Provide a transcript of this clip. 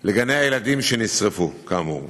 לגני הילדים שנשרפו, כאמור.